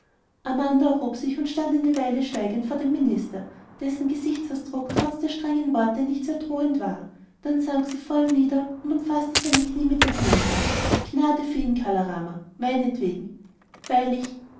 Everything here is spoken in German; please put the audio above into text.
amanda erhob sich und stand eine weile schweigend vor dem minister dessen gesichtsausdruck trotz der strengen worte nicht sehr drohend war dann sank sie vor ihm nieder und umfaßte seine knie mit den händen gnade für ihn kala rama meinetwegen weil ich